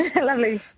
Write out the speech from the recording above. Lovely